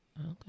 okay